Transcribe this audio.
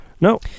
No